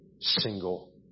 single